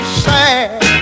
sad